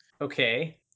okay